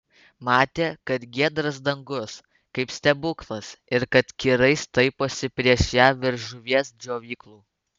matė kad giedras dangus kaip stebuklas ir kad kirai staiposi prieš ją virš žuvies džiovyklų